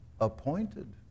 Appointed